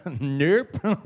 Nope